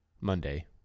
Monday